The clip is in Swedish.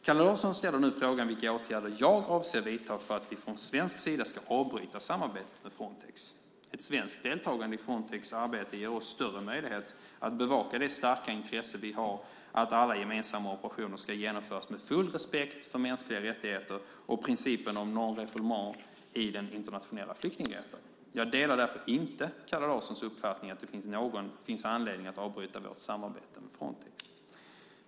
Kalle Larsson ställer nu frågan vilka åtgärder jag avser att vidta för att vi från svensk sida ska avbryta samarbetet med Frontex. Ett svenskt deltagande i Frontex arbete ger oss större möjlighet att bevaka det starka intresse vi har att alla gemensamma operationer ska genomföras med full respekt för mänskliga rättigheter och principen om non-refoulement i den internationella flyktingrätten. Jag delar därför inte Kalle Larssons uppfattning att det finns anledning att avbryta vårt samarbete med Frontex.